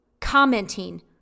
commenting